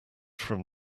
from